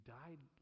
died